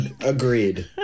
Agreed